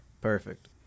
Perfect